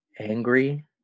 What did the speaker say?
angry